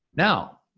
now,